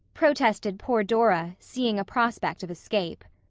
protested poor dora, seeing a prospect of escape.